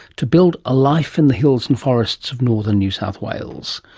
to build a life in the hills and forests of northern new south wales.